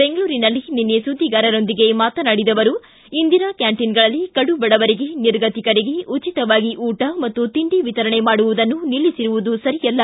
ಬೆಂಗಳೂರಿನಲ್ಲಿ ನಿನ್ನೆ ಸುದ್ದಿಗಾರರೊಂದಿಗೆ ಮಾತನಾಡಿದ ಅವರು ಇಂದಿರಾ ಕ್ಕಾಂಟಿನ್ಗಳಲ್ಲಿ ಕಡುಬಡವರಿಗೆ ನಿರ್ಗತಿಕರಿಗೆ ಉಚಿತವಾಗಿ ಊಟ ತಿಂಡಿ ವಿತರಣೆ ಮಾಡುವುದನ್ನು ನಿಲ್ಲಿಸಿರುವುದು ಸರಿಯಲ್ಲ